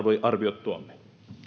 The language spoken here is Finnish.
arviot tuomme